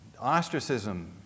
ostracism